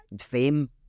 fame